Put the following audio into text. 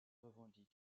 revendiquent